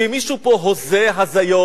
כי מישהו פה הוזה הזיות,